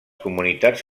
comunitats